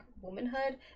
womanhood